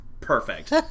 perfect